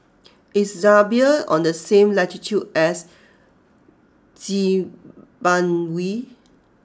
is Zambia on the same latitude as Zimbabwe